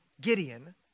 Gideon